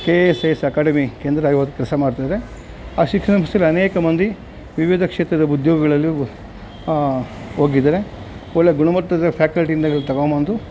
K A S I S academy ಕೇಂದ್ರವಾಗಿ ಇವತ್ತು ಕೆಲಸ ಮಾಡ್ತಾ ಇದ್ದಾರೆ ಆ ಶಿಕ್ಷಣಕೋಸ್ಕರ ಅನೇಕ ಮಂದಿ ವಿವಿಧ ಕ್ಷೇತ್ರಗ್ಳ ಉದ್ಯೋಗಗಳಲ್ಲಿಯು ಹೋಗಿದರೆ ಒಳ್ಳೆಯ ಗುಣಮಟ್ಟದ ಫ್ಯಾಕಲ್ಟಿ ಇಂದ ಹಿಡ್ದು ತೊಗೊಂಡ್ಬಂದು